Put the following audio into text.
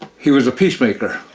he was a peacemaker.